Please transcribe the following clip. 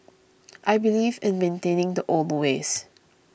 I believe in maintaining the old ways